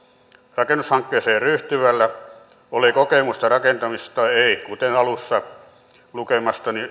rakennushankkeeseen ryhtyvällä oli kokemusta rakentamisesta tai ei kuten alussa lukemani